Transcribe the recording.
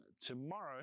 tomorrow